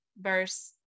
verse